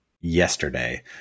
yesterday